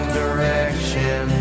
direction